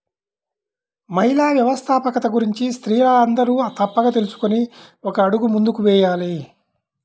మహిళా వ్యవస్థాపకత గురించి స్త్రీలందరూ తప్పక తెలుసుకొని ఒక అడుగు ముందుకు వేయాలి